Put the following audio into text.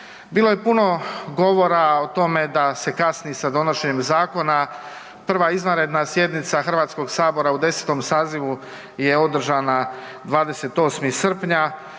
Bilo je puno govora o tome da se kasni sa donošenjem zakona, prva izvanredna sjednica Hrvatskog sabora u 10. sazivu je održana 28. srpnja,